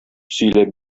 сөйләп